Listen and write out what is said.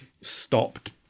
stopped